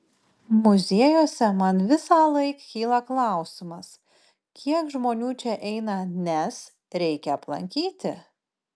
muziejuose man visąlaik kyla klausimas kiek žmonių čia eina nes reikia aplankyti